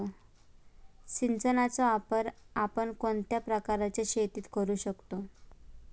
सिंचनाचा वापर आपण कोणत्या प्रकारच्या शेतीत करू शकतो?